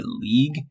league